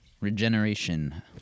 Regeneration